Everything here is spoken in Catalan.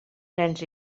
nens